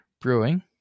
brewing